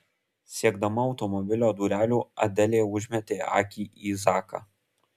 siekdama automobilio durelių adelė užmetė akį į zaką